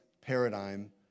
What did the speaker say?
paradigm